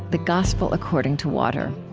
the gospel according to water.